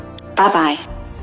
Bye-bye